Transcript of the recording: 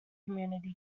community